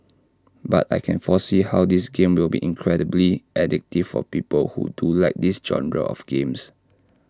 but I can foresee how this game will be incredibly addictive for people who do like this genre of games